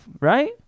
right